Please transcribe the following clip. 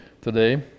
today